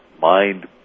mind